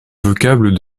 vocable